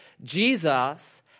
Jesus